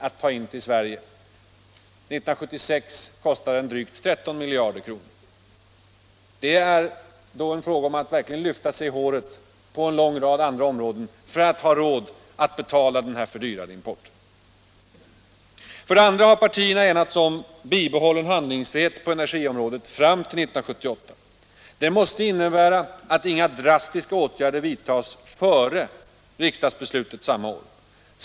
År 1976 kostade den drygt tretton miljarder kronor. Det innebär att vi verkligen måste lyfta oss i håret på en lång rad andra områden för att ha råd att betala den här fördyrade importen. För det andra har partierna enats om bibehållen handlingsfrihet på energiområdet fram till 1978. Det måste innebära att inga drastiska åtgärder vidtas före riksdagsbeslutet samma år.